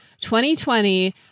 2020